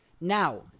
Now